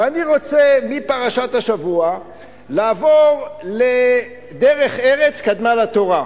ואני רוצה מפרשת השבוע לעבור ל"דרך ארץ קדמה לתורה".